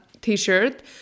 t-shirt